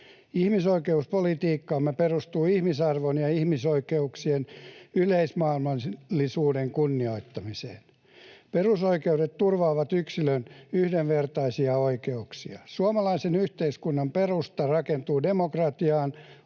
Ihmisoikeuspolitiikkamme perustuu ihmisarvon ja ihmisoikeuksien yleismaailmallisuuden kunnioittamiseen. Perusoikeudet turvaavat yksilön yhdenvertaisia oikeuksia. Suomalaisen yhteiskunnan perusta rakentuu demokratian,